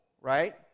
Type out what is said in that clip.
Right